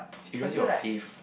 he don't want to see your faith